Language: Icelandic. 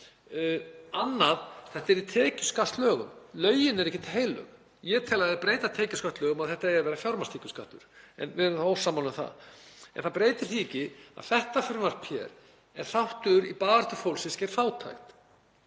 Annað: Þetta er í tekjuskattslögum. Lögin eru ekkert heilög. Ég tel að það eigi að breyta tekjuskattslögum og þetta eigi að vera fjármagnstekjuskattur, en við erum þá ósammála um það. En það breytir því ekki að þetta frumvarp hér er þáttur í baráttu fólks gegn fátækt.